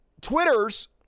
Twitter's